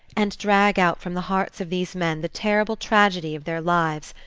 and drag out from the hearts of these men the terrible tragedy of their lives,